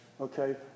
okay